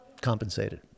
compensated